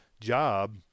job